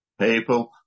people